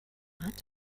hat